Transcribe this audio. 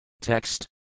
Text